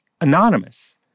anonymous